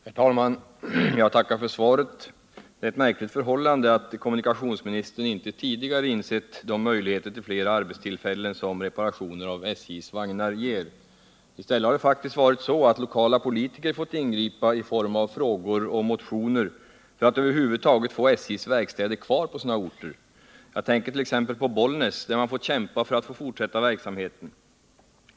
Herr talman! Jag tackar för svaret. Det är ett märkligt förhållande att kommunikationsministern inte tidigare insett de möjligheter till flera arbetstillfällen som reparationer av SJ:s vagnar ger. I stället har det faktiskt varit så att lokala politiker fått göra ingripanden i form av frågor och motioner för att över huvud taget få ha SJ:s verkstäder kvar på sina orter. Jag tänker t.ex. på Boilnäs, där man fått kämpa för att få fortsätta verksamheten.